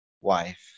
wife